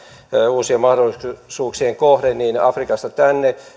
uusien mahdollisuuksien kohde niin afrikasta tänne